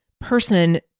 person